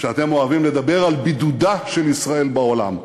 שאתם אוהבים לדבר על בידודה של ישראל בעולם,